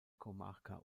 comarca